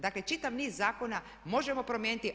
Dakle, čitav niz zakona možemo promijeniti.